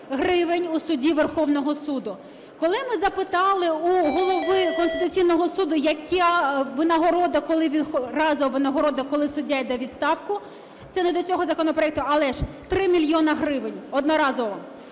у судді Верховного Суду. Коли ми запитали у Голови Конституційного Суду, яка винагорода, разова винагорода, коли суддя йде у відставку (це не до цього законопроекту, але ж…) – 3 мільйони гривень одноразово.